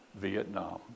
Vietnam